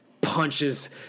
Punches